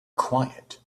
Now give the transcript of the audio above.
quiet